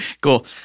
Cool